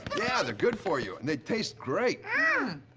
yeah, they're good for you, and they taste great. ah mm.